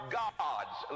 gods